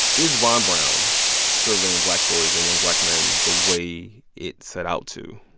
is ron brown serving black boys and young black men the way it set out to?